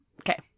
Okay